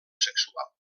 sexual